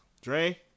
Dre